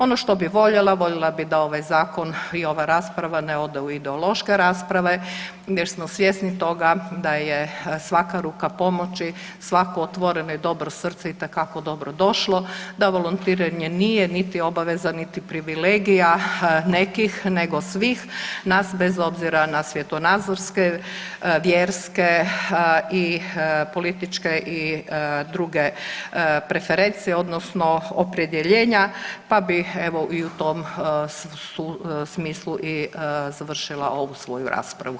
Ono što bih voljela, voljela bih da ovaj Zakon i ova rasprava ne ode u ideološke rasprave jer smo svjesni toga da je svaka ruka pomoći, svako otvoreno i dobro srce itekako dobrodošlo, da volontiranje nije niti obaveza niti privilegija nekih nego svih nas bez obzira na svjetonazorske, vjerske i političke i druge preferencije, odnosno opredjeljenja pa bih evo i u tom smislu i završila ovu svoju raspravu.